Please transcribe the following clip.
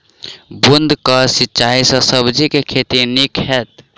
बूंद कऽ सिंचाई सँ सब्जी केँ के खेती नीक हेतइ?